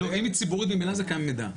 אם היא ציבורית, ממילא קיים מידע.